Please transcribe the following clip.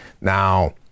Now